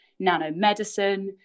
nanomedicine